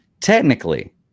technically